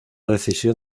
decisión